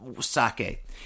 sake